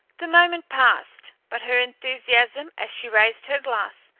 the moment passed, but her enthusiasm, as she raised her glass,